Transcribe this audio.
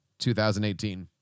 2018